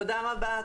תודה רבה.